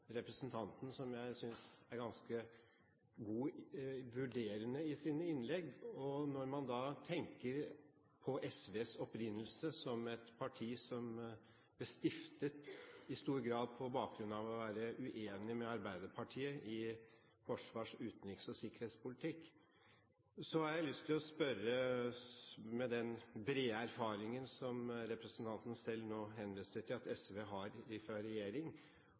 representanten har ganske gode vurderinger i sine innlegg, og når man tenker på SVs opprinnelse som et parti som ble stiftet i stor grad på bakgrunn av å være uenig med Arbeiderpartiet i forsvars-, utenriks- og sikkerhetspolitikk, har jeg lyst til å spørre, med den brede erfaringen som representanten selv nå henviste til at SV har fra regjering,